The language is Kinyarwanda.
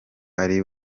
ari